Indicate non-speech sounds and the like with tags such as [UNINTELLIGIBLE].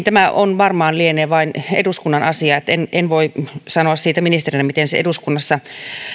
[UNINTELLIGIBLE] tämä varmaan lienee vain eduskunnan asia en en voi sanoa siitä ministerinä miten se eduskunnassa